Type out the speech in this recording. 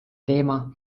teema